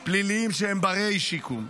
שמגיע להם שיקום, אסירים פליליים שהם בני שיקום.